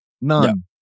None